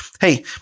Hey